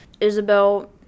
Isabel